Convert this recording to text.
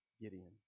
Gideon